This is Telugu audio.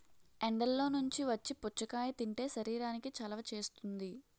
ఎండల్లో నుంచి వచ్చి పుచ్చకాయ తింటే శరీరానికి చలవ చేస్తుంది